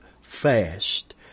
fast